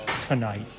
tonight